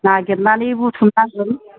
नागिरनानै बुथुमनांगोन